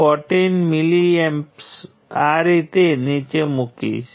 node 4 માંથી વહેતો current તરીકે G છે